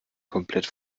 komplett